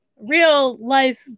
real-life